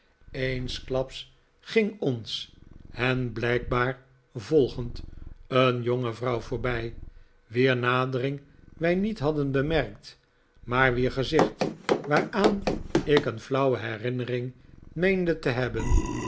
eensklaps ging ons hen blijkbaar volgend e'en jonge vrouw voorbij wier nadering wij niet hadden bemerkt maar wier gezicht waaraan ik een flauwe herinnering meende te hebben